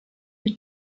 für